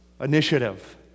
initiative